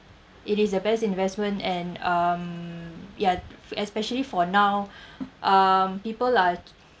it is the best investment and um ya especially for now um people are